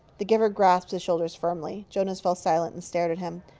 the giver grasped his shoulders firmly. jonas fell silent and stared at him.